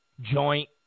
joint